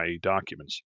documents